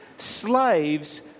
slaves